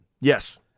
Yes